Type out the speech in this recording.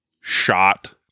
shot